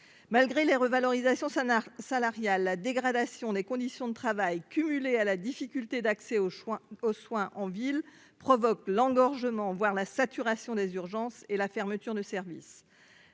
malgré les revalorisations Sana salariale, la dégradation des conditions de travail, cumulé à la difficulté d'accès aux soins, aux soins en ville provoque l'engorgement voir la saturation des urgences et la fermeture de service,